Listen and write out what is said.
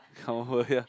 come over here